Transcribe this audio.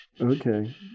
Okay